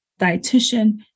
dietitian